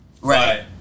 Right